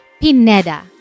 Pineda